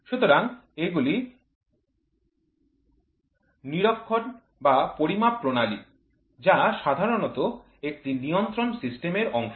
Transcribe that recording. সুতরাং এগুলি নিরীক্ষণ বা পরিমাপ প্রণালী যা সাধারণত একটি নিয়ন্ত্রণ সিস্টেমের অংশ